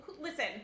listen